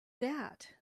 that